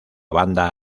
banda